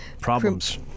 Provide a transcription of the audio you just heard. Problems